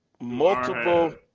multiple